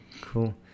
cool